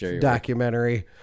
documentary